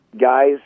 guys